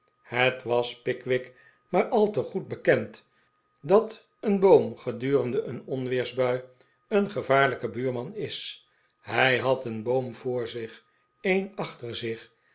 het was pickwick maar al te goed bekend dat een boom gedurende een onweersbui een gevaarlijke buurman is hij had een boom voor zich een achter zich